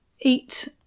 eat